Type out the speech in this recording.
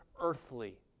earthly